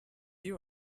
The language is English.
you